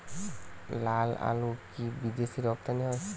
লালআলু কি বিদেশে রপ্তানি হয়?